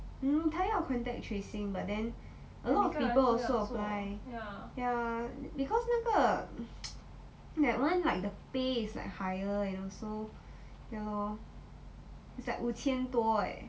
mm 他要 contact tracing but then a lot of people also apply ya because 那个 that one like the pay is like higher you know so ya lor it's like 五千多诶